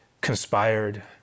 conspired